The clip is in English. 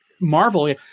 Marvel